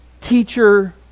teacher